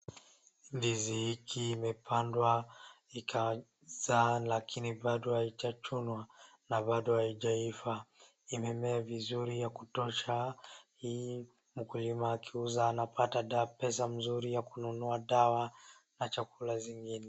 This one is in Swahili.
Ndizi hii imepandwa ikazaa lakini bado hawajachuna na bado halijaiva. Imemea vizuri ya kutosha, hii mwenyewe akiuza anapata pesa mzuri ya dawa na chakula zingine.